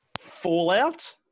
Fallout